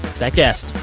that guest,